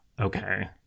okay